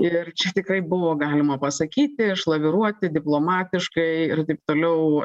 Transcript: ir čia tikrai buvo galima pasakyti išlaviruoti diplomatiškai ir taip toliau